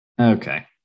Okay